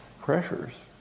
pressures